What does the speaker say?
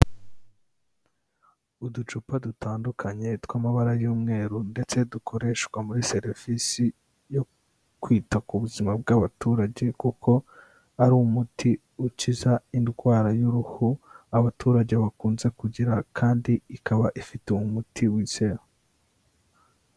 Uducupa dutandukanye tw'amabara y'umweru ndetse dukoreshwa muri serivisi yo kwita ku buzima bw'abaturage kuko ari umuti ukiza indwara y'uruhu, abaturage bakunze kugira kandi ikaba ifitewe umuti wizewe.